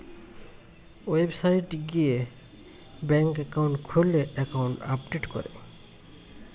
website গিয়ে bank account খুললে account update করে